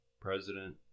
president